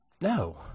No